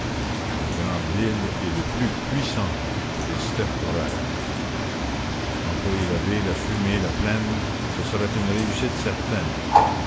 une grande ville est le plus puissant des stercoraires employer la ville à fumer la plaine ce serait une réussite certaine